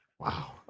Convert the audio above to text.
Wow